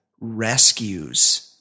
rescues –